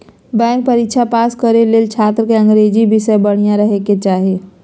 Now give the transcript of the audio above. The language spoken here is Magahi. बैंक परीक्षा पास करे ले छात्र के अंग्रेजी विषय बढ़िया रहे के चाही